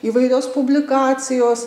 įvairios publikacijos